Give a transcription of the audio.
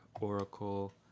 Oracle